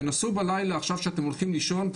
תנסו בלילה עכשיו כשאתם הולכים לישון,